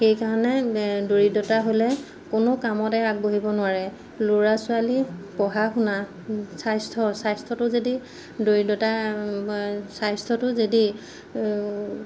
সেইকাৰণে দৰিদ্ৰতা হ'লে কোনো কামতে আগবাঢ়িব নোৱাৰে ল'ৰা ছোৱালী পঢ়া শুনা স্বাস্থ্য স্বাস্থ্যটো যদি দৰিদ্ৰতা স্বাস্থ্যটো যদি